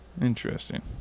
Interesting